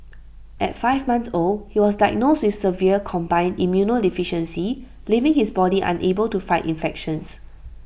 at five months old he was diagnosed with severe combined immunodeficiency leaving his body unable to fight infections